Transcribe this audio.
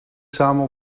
samen